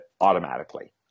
automatically